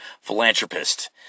philanthropist